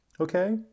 okay